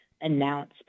announce